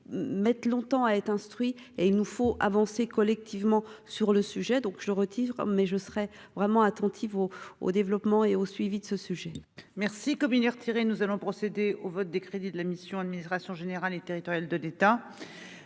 mettent longtemps à être instruits et il nous faut avancer collectivement sur le sujet, donc je retire mais je serais vraiment attentive au au développement et au suivi de ce sujet. Merci retiré, nous allons procéder au vote des crédits de la mission Administration générale et territoriale de l'État,